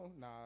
Nah